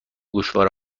گوشواره